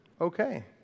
okay